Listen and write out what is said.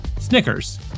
Snickers